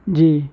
جی